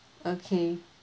okay